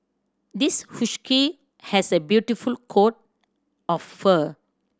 this has a beautiful coat of fur